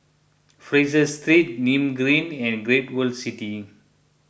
Fraser Street Nim Green and Great World City